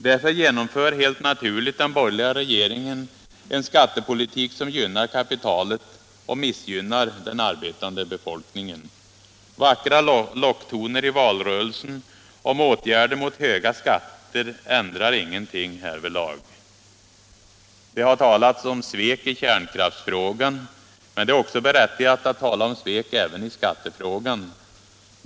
Därför genomför den borgerliga regeringen helt naturligt en skattepolitik som gynnar kapitalet och missgynnar den arbetande befolkningen. Vackra locktoner i valrörelsen om åtgärder mot höga skatter ändrar ingenting härvidlag. Det har talats om svek i kärnkraftsfrågan. Det är berättigat att tala om svek även i skattefrågan.